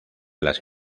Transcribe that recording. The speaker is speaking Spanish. las